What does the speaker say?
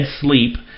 sleep